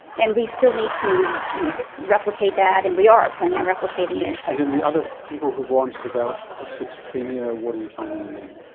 and we still need to replicate that and we are planning on replicating it. and in the other people who go on to develop schizophrenia, what are you finding in them?